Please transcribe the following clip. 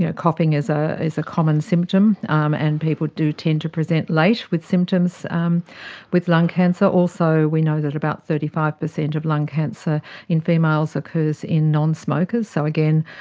you know coughing is ah is a common symptom um and people do tend to present late with symptoms um with lung cancer. also we know that about thirty five percent of lung cancer in females occurs in non-smokers. so again,